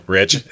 Rich